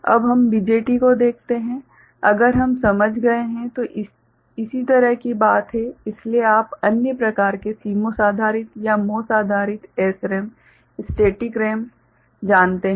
अब हम BJT को देखते हैं अगर हम समझ गए हैं तो इसी तरह की बात है इसलिए आप अन्य प्रकार के CMOS आधारित या MOS आधारित SRAM स्टेटिक RAM जानते हैं